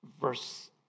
verse